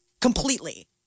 completely